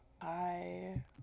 Bye